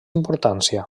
importància